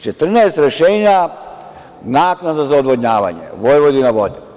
Četrnaest rešenja – naknada za odvodnjavanje „Vojvodina vode“